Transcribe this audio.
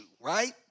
right